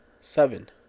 seven